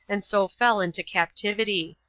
and so fell into captivity.